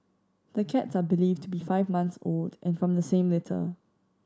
the cats are believed to be five months old and from the same litter